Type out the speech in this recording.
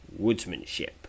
Woodsmanship